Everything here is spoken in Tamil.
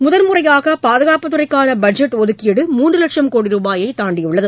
முதன் முறையாக பாதுகாப்புத்துறைக்கான பட்ஜெட் ஒதுக்கீடு மூன்று லட்சம் கோடி ரூபாயை தாண்டியுள்ளது